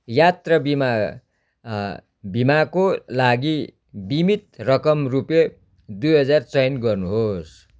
यात्रा बिमा बिमाको लागि बिमित रकम रुपियाँ दुई हजार चयन गर्नुहोस्